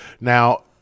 now